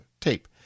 tape